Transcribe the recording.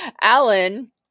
Alan